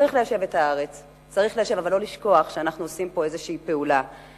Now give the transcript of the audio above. צריך ליישב את הארץ אבל לא לשכוח שאנחנו עושים פה איזו פעולה שהיא.